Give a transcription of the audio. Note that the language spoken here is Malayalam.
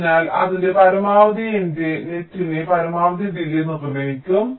അതിനാൽ അതിന്റെ പരമാവധി എന്റെ നെറ്റിന്റെ പരമാവധി ഡിലേയ്യ് നിർണ്ണയിക്കും